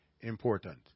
important